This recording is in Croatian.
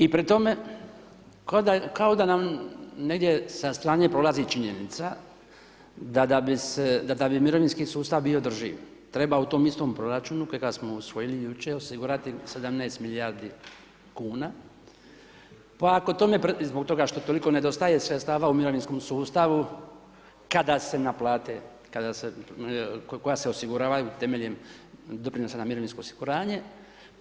I pri tome kao da nam negdje sa strane prolazi činjenica da bi mirovinski sustav bio održiv, treba u tom istom proračunu, kojega smo usvojili jučer, osigurati 17 milijardi kuna i zbog toga što toliko nedostaje sredstava u mirovinskom sustavu koja se osiguravaju temeljem doprinosa na mirovinsko osiguranje,